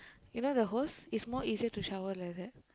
you know the hose is more easier to shower like that